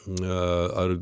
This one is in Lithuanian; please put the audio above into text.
na ar